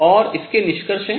और इसके निष्कर्ष हैं